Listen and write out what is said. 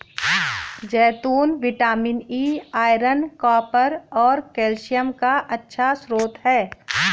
जैतून vitamin E, iron, copper और calcium का अच्छा स्रोत हैं